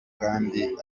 kandi